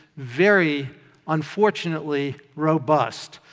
very unfortunately, robust,